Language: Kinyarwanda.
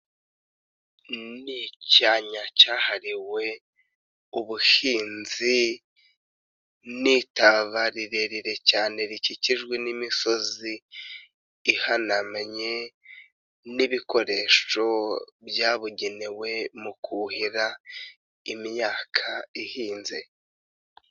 Ni icyanya cyahariwe ubuhinzi, n'itaba rirerire cyane rikikijwe n'imisozi ihanamenye, n'ibikoresho byabugenewe mu kuhira imyaka ihinze.